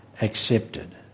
accepted